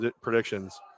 predictions